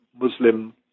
Muslim